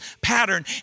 pattern